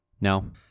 no